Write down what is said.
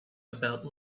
about